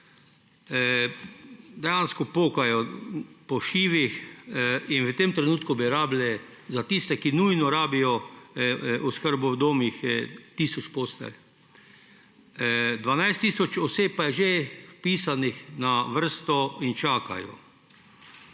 Dejansko pokajo po šivih in v tem trenutku bi rabili za tiste, ki nujno rabijo oskrbo v domovih, tisoč postelj. 12 tisoč oseb pa je že vpisanih na vrsto in čakajo.